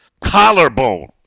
collarbone